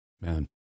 Man